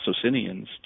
Socinians